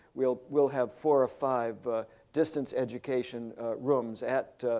we'll we'll have four or five distance education rooms at